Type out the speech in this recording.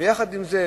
ויחד עם זה,